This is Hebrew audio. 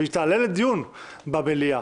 והיא תעלה לדיון במליאה.